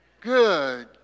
Good